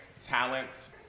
talent